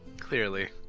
Clearly